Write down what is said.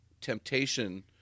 temptation